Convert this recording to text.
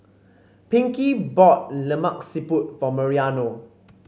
Pinkey bought Lemak Siput for Mariano